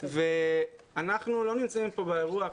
ואנחנו לא נמצאים באירוע,